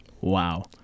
wow